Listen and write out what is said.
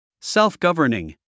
Self-governing